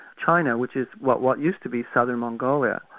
china which is what what used to be southern mongolia,